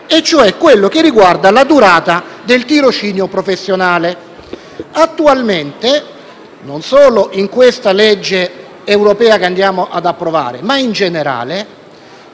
se vogliamo, che riguarda la durata del tirocinio professionale. Attualmente, non solo nella legge europea che stiamo per approvare, ma in generale,